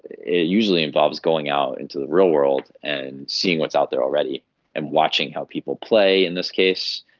it usually involves going out into the real world and seeing what's out there already and watching hoe people play, in this case,